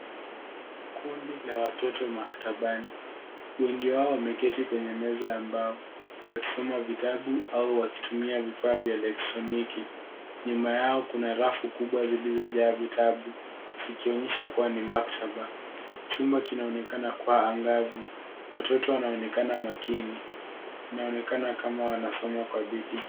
Kundi la watoto maktabani. Wengi wao wameketi kwenye meza ya mbao wakisoma vitabu au wakitumia vifaa vya elektroniki. Nyuma yao kuna rafu kubwa zilizojaa vitabu zikionyesha kuwa ni maktaba. Chumba kinaonekana kuwa angavu. Watoto wanaonekana makini, inaonekana kama wanasoma kwa bidii.